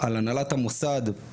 על הנהלת המוסד,